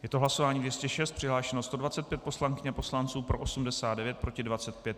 Je to hlasování 206, přihlášeno 125 poslankyň a poslanců, pro 89, proti 25.